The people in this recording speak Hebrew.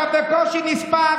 אתה בקושי נספר.